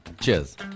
Cheers